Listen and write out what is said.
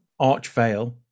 Archvale